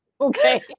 okay